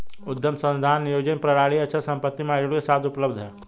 उद्यम संसाधन नियोजन प्रणालियाँ अचल संपत्ति मॉड्यूल के साथ उपलब्ध हैं